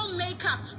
makeup